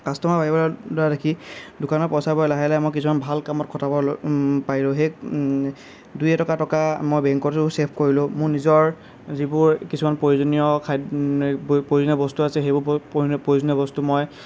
customer বাঢ়িবলৈ ধৰা দেখি দোকানৰ পইচাৰ পৰা লাহে লাহে মই কিছুমান ভাল কামত খটাবলৈ পাৰিলো সেই দুই এটকা মই বেংকটো ছেভ কৰিলোঁ মোৰ নিজৰ যিবোৰ কিছুমান প্ৰয়োজনীয় খাদ্য় প্ৰয়োজনীয় বস্তু আছে সেইবোৰ প্ৰয়োজনীয় বস্তু মই